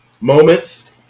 moments